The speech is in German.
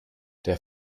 der